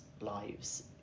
lives